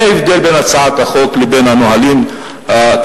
זה ההבדל בין הצעת החוק לבין הנהלים הקיימים,